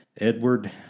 Edward